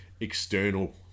external